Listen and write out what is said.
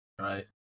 right